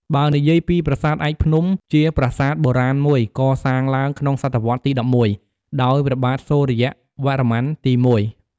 បើនិយាយពីប្រាសាទឯកភ្នំជាប្រាសាទបុរាណមួយកសាងឡើងក្នុងសតវត្សរ៍ទី ១១ ដោយព្រះបាទសូរ្យវរ្ម័នទី ១។